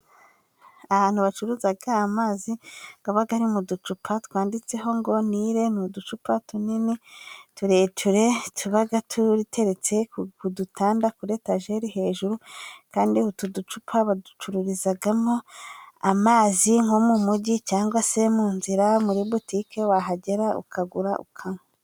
Ahantu bacuruza amazi aba ari mu ducupa twanditseho ngo nire. Ni uducupa tunini tureture tuba duteretse kudutanda kuri etageri hejuru, kandi utu ducupa baducururizamo amazi nko mujyi, cyangwa se mu nzira, muri botike wahagera ukagura ukanwa.